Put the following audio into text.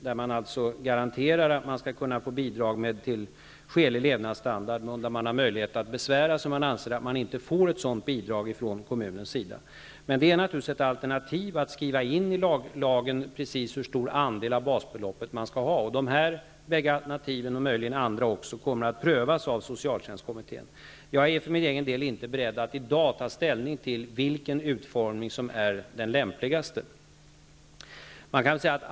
Där garanterar man alltså att det lämnas bidrag för skälig levnadsstandard, och det finns möjlighet att besvära sig, om man anser att man inte får ett sådant bidrag av kommunen. Men det är naturligtvis ett alternativ att i lagen skriva in precis hur stor andel av basbeloppet som man skall ha. De här båda alternativen, och möjligen andra, kommer att prövas av socialtjänstkommittén. Jag är för min egen del inte beredd att i dag ta ställning till vilken utformning som är den lämpligaste.